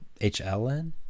HLN